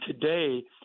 today